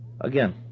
again